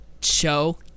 show